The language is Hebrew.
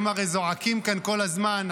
הם הרי זועקים כאן כל הזמן.